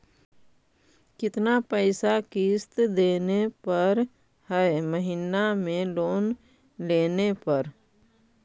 कितना पैसा किस्त देने पड़ है महीना में लोन लेने पर?